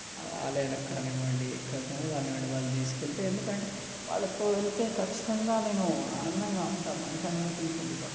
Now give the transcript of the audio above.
ఆ ఆలయాలకి కానివ్వండి ఎక్కడికైనా కానివ్వండి వాళ్ళు తీసుకెళ్తే ఎందుకంటే వాళ్ళతో వెళ్తే ఖచ్చితంగా నేను ఆనందంగా ఉంటా మంచి అనుభూతులు పొందుతా